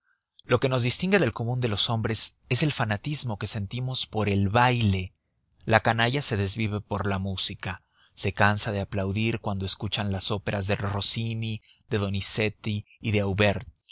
lo que nos distingue del común de los hombres es el fanatismo que sentimos por el baile la canalla se desvive por la música se cansa de aplaudir cuando escucha las óperas de rossini de donizetti y de auber